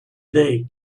day